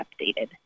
updated